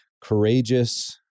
Courageous